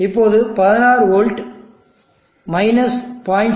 இப்போது 16 வோல்ட் 0